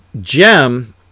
gem